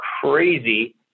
crazy